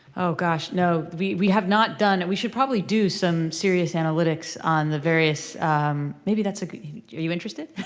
oh gosh, no. we we have not done it. we should probably do some serious analytics on the various maybe that's a good are you interested?